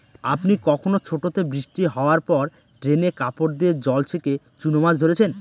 আপনি কখনও ছোটোতে বৃষ্টি হাওয়ার পর ড্রেনে কাপড় দিয়ে জল ছেঁকে চুনো মাছ ধরেছেন?